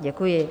Děkuji.